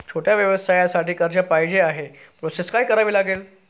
छोट्या व्यवसायासाठी कर्ज पाहिजे आहे प्रोसेस काय करावी लागेल?